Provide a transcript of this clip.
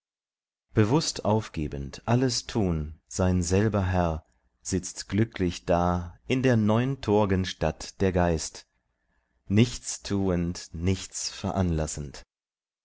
bewußt aufgebend alles tun sein selber herr sitzt glücklich da in der neuntor'gen stadt der geist nichts tuend nichts veranlassend